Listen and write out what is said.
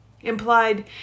Implied